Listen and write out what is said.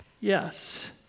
yes